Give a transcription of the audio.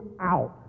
out